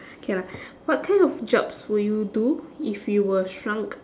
okay lah what kind of jobs would you do if you were shrunk